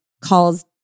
calls